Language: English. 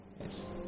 Yes